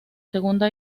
segunda